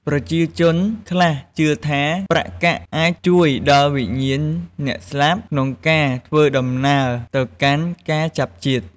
ប្រជាជនខ្លះជឿថា ប្រាក់កាក់អាចជួយដល់វិញ្ញាណអ្នកស្លាប់ក្នុងការធ្វើដំណើរទៅកាន់ការចាប់ជាតិ។